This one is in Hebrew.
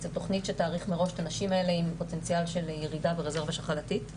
תוכנית שתעריך מראש את הנשים האלה עם פוטנציאל הירידה ברזרבה השחלתית.